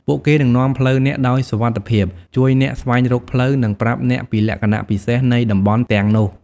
ពួកគេនឹងនាំផ្លូវអ្នកដោយសុវត្ថិភាព ជួយអ្នកស្វែងរកផ្លូវ និងប្រាប់អ្នកពីលក្ខណៈពិសេសនៃតំបន់ទាំងនោះ។